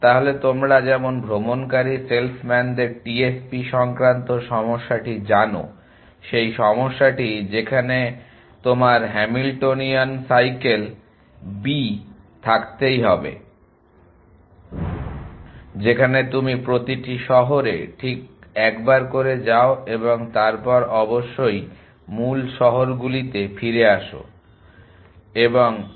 তাহলে তোমরা যেমন ভ্রমণকারী সেলসম্যানদের টিএসপি সংক্রান্ত সমস্যাটি জানো সেই সমস্যাটি যেখানে তোমার হ্যামিলটোনিয়ান সাইকেল b থাকতেই হবে যেখানে তুমি প্রতিটি শহরে ঠিক একবার করে যাও এবং তারপর অবশ্যই মূল শহরগুলিতে ফিরে আসো এবং 1